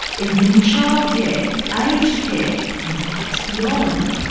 even in childcare, aged care and perhaps beyond.